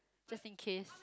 just in case